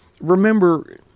remember